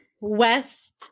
West